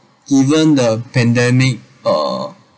even the pandemic uh